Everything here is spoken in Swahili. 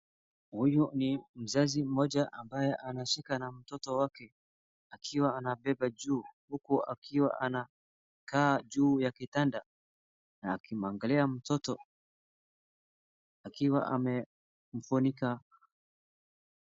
Huyu ni mzazi mmoja ambaye anashika na mtoto wake akiwa anabeba juu huku akiwa anakaa juu ya kitanda. Akimwangalia mtoto akiwa amemfunika.